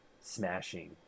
smashing